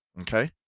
Okay